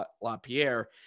LaPierre